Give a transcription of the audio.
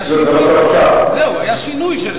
היה שינוי,